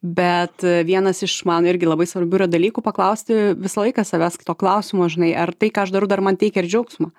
bet vienas iš man irgi labai svarbių yra dalykų paklausti visą laiką savęs kito klausimo žinai ar tai ką aš darau dar man teikia ir džiaugsmą